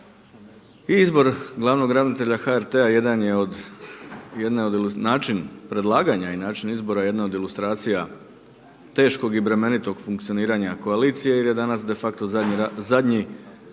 i način izbora jedna od ilustracija teškog i bremenitog funkcioniranja koalicije jer je danas de facto zadnji ili